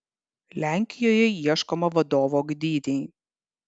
lenkijoje ieškoma vadovo gdynei